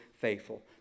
faithful